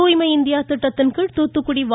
தூய்மை இந்தியா திட்டத்தின் கீழ் தூத்துக்குடி வ